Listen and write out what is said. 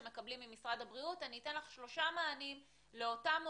שמקבלים ממשרד הבריאות אני אתן לך שלושה מענים שונים לאותם הורים.